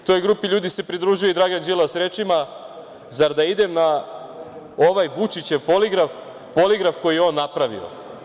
Toj grupi ljudi se pridružio i Dragan Đilas rečima – zar da idem na ovaj Vučićev poligraf, poligraf koji je on napravio.